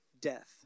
death